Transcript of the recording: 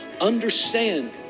understand